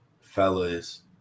fellas